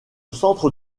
centre